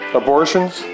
abortions